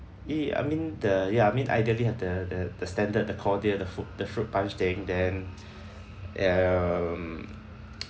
y~ I mean the ya I mean ideally have the the the standard the cordial the fruit the fruit punch thing then um